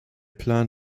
plan